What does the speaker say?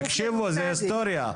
תקשיבו זה היסטוריה.